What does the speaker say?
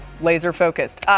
laser-focused